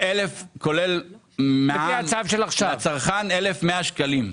כולל מע"מ, לצרכן 1,100 שקלים.